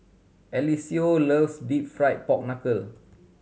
Eliseo loves Deep Fried Pork Knuckle